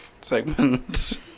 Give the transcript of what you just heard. segment